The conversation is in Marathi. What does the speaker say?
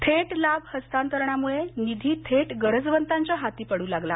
थेट लाभ हस्तांतरणामुळे निधी थेट गरजवंतांच्या हाती पड्र लागला